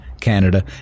Canada